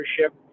ownership